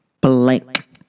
blank